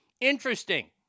Interesting